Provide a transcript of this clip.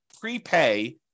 prepay